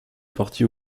partie